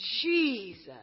Jesus